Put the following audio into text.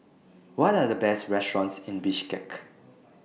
What Are The Best restaurants in Bishkek